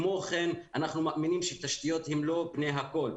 כמו כן אנחנו מאמינים שתשתיות הן לא פני הכול.